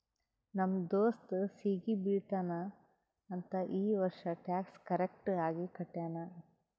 ನಮ್ ದೋಸ್ತ ಸಿಗಿ ಬೀಳ್ತಾನ್ ಅಂತ್ ಈ ವರ್ಷ ಟ್ಯಾಕ್ಸ್ ಕರೆಕ್ಟ್ ಆಗಿ ಕಟ್ಯಾನ್